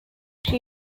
she